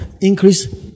increase